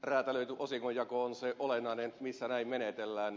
räätälöity osingonjako on se olennainen missä näin menetellään